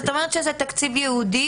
זאת אומרת שזה תקציב ייעודי,